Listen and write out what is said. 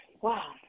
wow